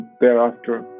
thereafter